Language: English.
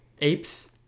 apes